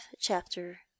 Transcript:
chapter